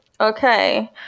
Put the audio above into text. okay